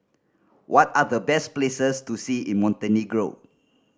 what are the best places to see in Montenegro